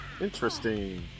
Interesting